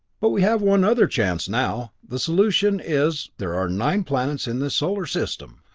but we have one other chance now. the solution is there are nine planets in this solar system!